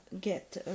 get